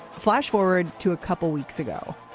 flash forward to a couple weeks ago.